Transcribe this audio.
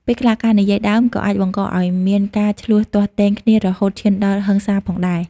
ពេលខ្លះ ការនិយាយដើមក៏អាចបង្កឲ្យមានការឈ្លោះទាស់ទែងគ្នារហូតឈានដល់ហិង្សាផងដែរ។